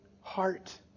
heart